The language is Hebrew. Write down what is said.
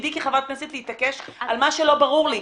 תפקידי כחברת כנסת להתעקש על מה שלא ברור לי.